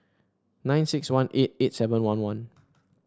nine six one eight eight seven one one